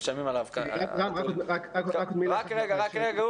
משלמים עליו --- רק מילה --- רק רגע גור,